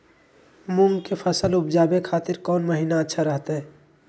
मूंग के फसल उवजावे खातिर कौन महीना अच्छा रहतय?